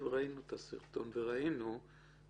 פנחס, מלשכת עורכי הדין, בבקשה.